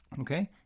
okay